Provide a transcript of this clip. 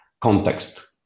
context